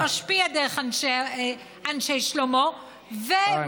שמשפיע דרך אנשי שלומו, וואי, משפט ארוך.